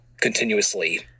continuously